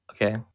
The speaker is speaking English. okay